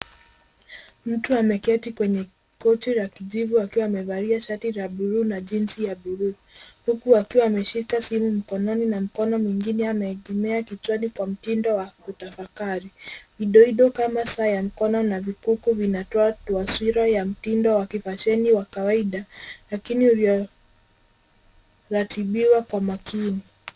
Mtu ameketi kwenye kochi la kijivu akiwa amevalia shati la buluu na jeans ya buluu huku akiwa ameshika simu mkononi na mkono mwingine ameegemea kichwani kwa mtindo wa kutafakari. Vidoido kama saa ya mkono na vikuku vinatoa taswira ya mtindo wa kifasheni wa kawaida lakini ulioratibiwa kwa makini.